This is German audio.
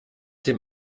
dem